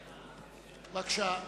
בבקשה.